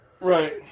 right